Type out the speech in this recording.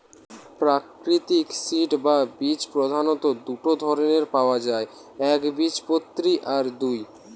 প্রাকৃতিক সিড বা বীজ প্রধাণত দুটো ধরণের পায়া যায় একবীজপত্রী আর দুই